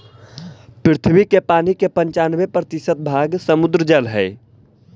पृथ्वी के पानी के पनचान्बे प्रतिशत भाग समुद्र जल हई